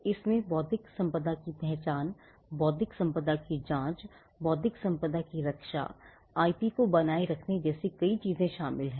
इसमें बौद्धिक संपदा की पहचान बौद्धिक संपदा की जांच बौद्धिक संपदा की रक्षा आईपी को बनाए रखने जैसी कई चीजें शामिल हैं